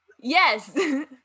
Yes